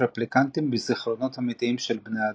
רפליקנטים בזיכרונות אמיתיים של בני אדם.